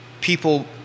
people